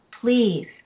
please